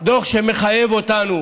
דוח שמחייב אותנו